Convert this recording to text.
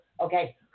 okay